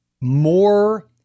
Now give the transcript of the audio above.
more